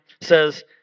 says